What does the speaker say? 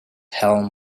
helm